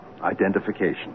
identification